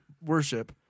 worship